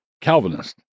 Calvinist